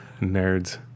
Nerds